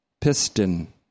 piston